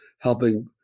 helping